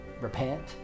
repent